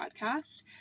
podcast